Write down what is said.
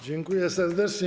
Dziękuję serdecznie.